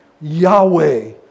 Yahweh